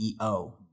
CEO